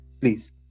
please